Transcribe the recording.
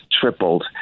tripled